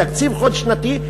תקציב חד-שנתי,